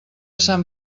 sant